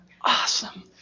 Awesome